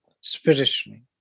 spiritually